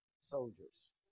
soldiers